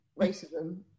racism